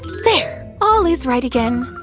there. all is right again.